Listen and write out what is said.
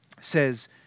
says